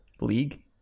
league